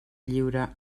lliure